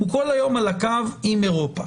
הוא כל היום על הקו עם אירופה,